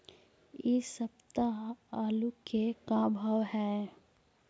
इ सप्ताह आलू के का भाव है?